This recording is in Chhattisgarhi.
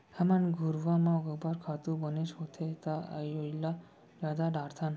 हमन घुरूवा म गोबर खातू बनेच होथे त ओइला जादा डारथन